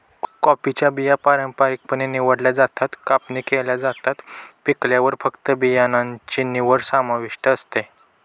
कॉफीच्या बिया पारंपारिकपणे निवडल्या जातात, कापणी केल्या जातात, पिकल्यावर फक्त बियाणांची निवड समाविष्ट असते